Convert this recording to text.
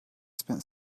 spent